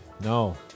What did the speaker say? No